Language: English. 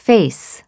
Face